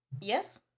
yes